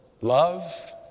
love